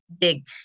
big